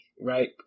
right